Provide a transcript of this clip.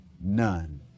none